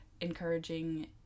encouraging